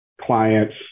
clients